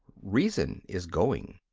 reason is going.